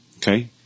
Okay